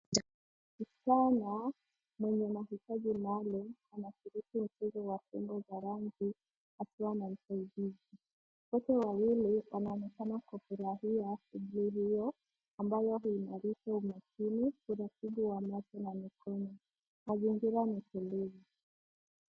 Msichana mwenye mahitaji maalumu anashiriki mchezo wa fimbo za rangi, akiwa na usaidizi. Wote wawili wanaonekana kufurahia shughuli hio, ambayo huimarisha umakini, uratibu wa macho, na mikono. Mazingira ni tulivu.